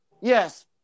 Yes